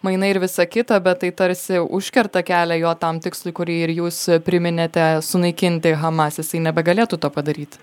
mainai ir visa kita bet tai tarsi užkerta kelią jo tam tikslui kurį ir jūs priminėte sunaikinti hamas jisai nebegalėtų to padaryti